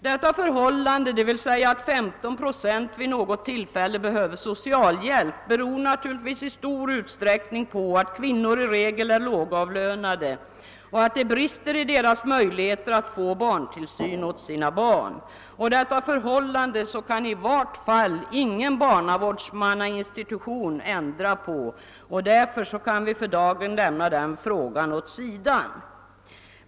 Detta förhållande, dvs. att 15 procent vid något tillfälle behöver socialhjälp, beror naturligtvis i stor utsträckning på att kvinnor i regel är lågavlönade och att det brister i fråga om deras möjlighet att få tillsyn för sina barn. Detta förhållande kan i vart fall ingen barnavårdsmannainstitution ändra på, och därför kan vi för dagen lämna den frågan åt sidan.